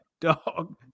Dog